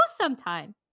sometime